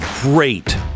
great